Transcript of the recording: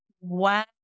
Wow